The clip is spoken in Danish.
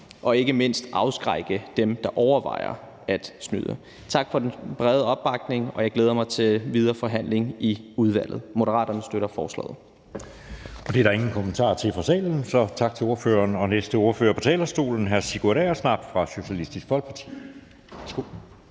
og ikke mindst afskrække dem, der overvejer at snyde. Tak for den brede opbakning, og jeg glæder mig til den videre forhandling i udvalget. Moderaterne støtter forslaget.